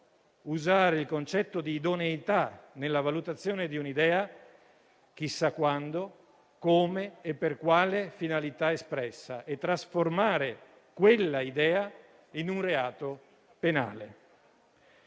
usare il concetto di "idoneità" nella valutazione di un'idea, chissà quando, come e per quale finalità espressa, e trasformare quella idea in un reato penale».